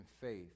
faith